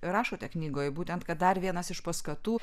rašote knygoje būtent kad dar vienas iš paskatų